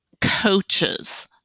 coaches